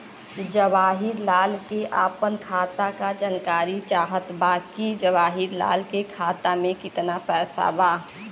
जवाहिर लाल के अपना खाता का जानकारी चाहत बा की जवाहिर लाल के खाता में कितना पैसा बा?